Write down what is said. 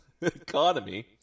economy